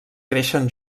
creixen